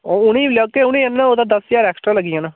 उ'नें ई बी लेई औगे बा उ'नें ई आह्नना होग तां दस्स ज्हार ऐक्सट्रा लगी जाना